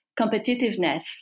competitiveness